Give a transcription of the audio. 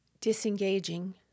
disengaging